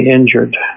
injured